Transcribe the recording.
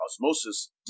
Osmosis